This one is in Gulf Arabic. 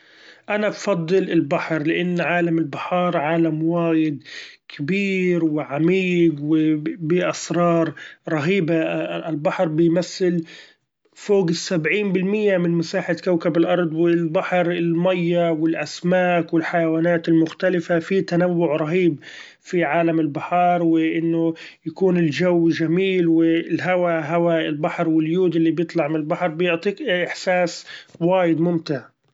أنا بفضل البحر لإن عالم البحار عالم وايد كبير وعميق وبه اسرار رهيبة! البحر بيمثل فوق السبعين بالمية من مساحة كوكب الارض، والبحر الماية والاسماك والحيوأنات المختلفة في تنوع رهيب في عالم البحار ، وإنه يكون الچو چميل والهوا هوا البحر واليود اللي بيطلع من البحر بيعطيك احساس وايد ممتع.